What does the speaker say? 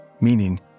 Meaning